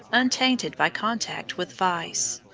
untainted by contact with vice.